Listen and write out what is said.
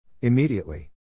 Immediately